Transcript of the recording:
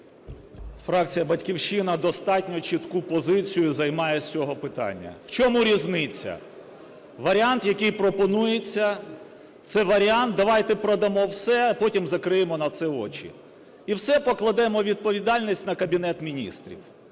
Фракція "Батьківщина" достатньо чітку позицію займає з цього питання. В чому різниця? Варіант, який пропонується, – це варіант давайте продамо все, а потім закриємо на це очі. І все покладемо відповідальність на Кабінет Міністрів.